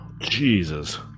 Jesus